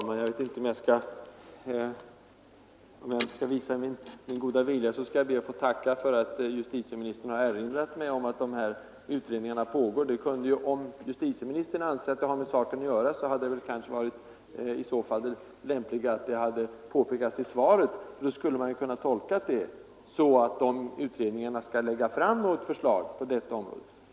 Fru talman! Jag skall be att få tacka för att herr justitieministern har erinrat mig om att de nämnda utredningarna pågår. Om justitieministern anser att det har med den sak att göra som vi diskuterar hade det kanske varit lämpligt att påpeka det i svaret. Då skulle man ju ha kunnat tolka det så, att de utredningarna skall lägga fram något förslag som löser frågan.